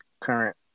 current